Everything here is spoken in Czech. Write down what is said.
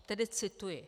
Tedy cituji: